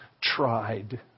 tried